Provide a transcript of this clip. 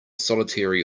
solitary